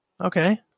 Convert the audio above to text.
Okay